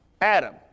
Adam